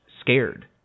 scared